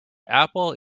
apple